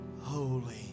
holy